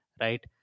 right